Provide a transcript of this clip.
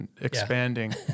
expanding